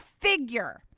figure